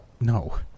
no